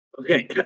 Okay